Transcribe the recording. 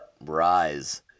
rise